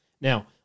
Now